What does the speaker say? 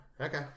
okay